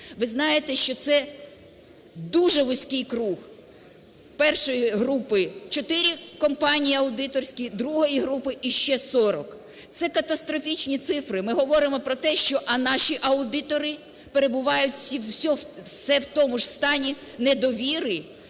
Ви знаєте, що це дуже вузький круг: першої групи – чотири компанії аудиторські, другої групи – іще 40. Це катастрофічні цифри. Ми говоримо про те, що а наші аудитори перебувають все в тому ж стані недовіри